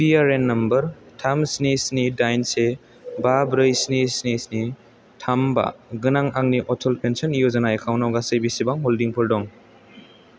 P R A N number थाम स्नि स्नि दाइन से बा ब्रै स्नि स्नि स्नि थाम बा गोनां आंनि अटल पेन्सन य'जना एकाउन्ट आव गासै बेसेबां हल्डिंफोर दं